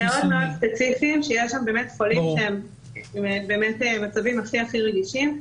מאוד ספציפיים שיש בהם חולים במצבים הכי רגישים.